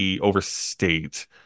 overstate